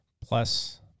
Plus